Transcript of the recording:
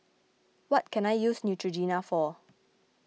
what can I use Neutrogena for